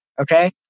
Okay